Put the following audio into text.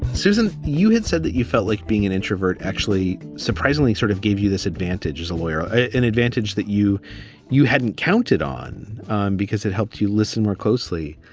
susan, you had said that you felt like being an introvert, actually, surprisingly sort of gave you this advantage. is a lawyer an advantage that you you hadn't counted on because it helped you listen more closely?